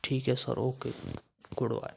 ठीक हैं sir okay goodbye